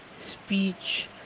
speech